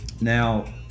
Now